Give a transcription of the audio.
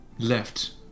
left